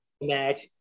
match